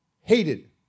hated